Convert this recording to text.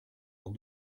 dans